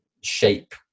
shape